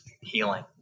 healing